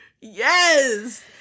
Yes